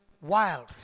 wild